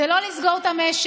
זה לא לסגור את המשק,